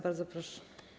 Bardzo proszę.